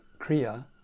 Kriya